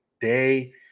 day